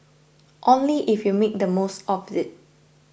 only if you make the most of it